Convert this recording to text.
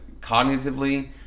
cognitively